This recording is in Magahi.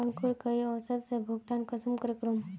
अंकूर कई औसत से भुगतान कुंसम करूम?